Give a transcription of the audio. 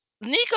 Nico